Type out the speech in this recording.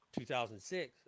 2006